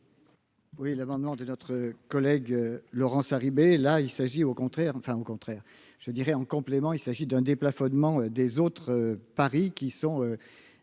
Oui, l'amendement de notre collègue Laurence Harribey, là il s'agit, au contraire, enfin, au contraire, je dirais, en complément, il s'agit d'un déplafonnement des autres Paris qui sont